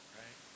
right